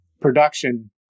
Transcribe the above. production